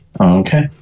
Okay